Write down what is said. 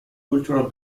cultural